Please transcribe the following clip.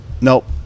Nope